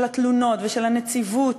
של התלונות ושל הנציבות,